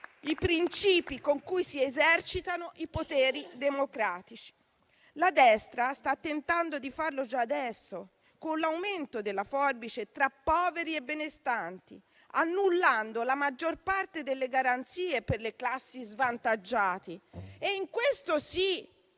i princìpi con cui si esercitano i poteri democratici. La destra sta tentando di farlo già adesso, con l'aumento della forbice tra poveri e benestanti, annullando la maggior parte delle garanzie per le classi svantaggiate. In questo sì